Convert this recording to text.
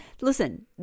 listen